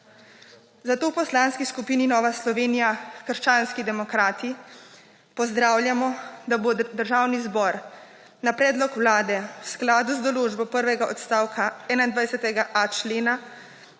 Zato v Poslanski skupini Nova Slovenija − krščanski demokrati pozdravljamo, da bo Državni zbor na predlog Vlade v skladu z določbo prvega odstavka 21.a člena